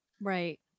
Right